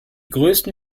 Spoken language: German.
größten